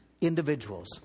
individuals